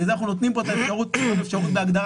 בגלל זה אנחנו נותנים פה את האפשרות בהגדרה,